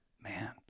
Man